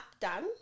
Done